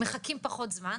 מחכים פחות זמן,